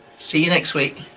see you next week.